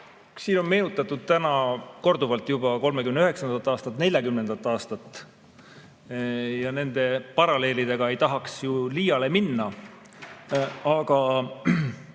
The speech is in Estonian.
Siin on meenutatud täna korduvalt juba 1939. aastat ja 1940. aastat, aga nende paralleelidega ei tahaks ju liiale minna. Samas